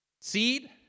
Seed